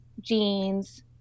jeans